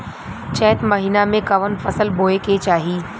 चैत महीना में कवन फशल बोए के चाही?